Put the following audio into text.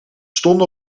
stonden